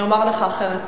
אני אומר לך אחרת.